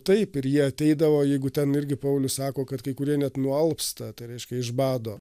taip ir jie ateidavo jeigu ten irgi paulius sako kad kai kurie net nualpsta tai reiškia iš bado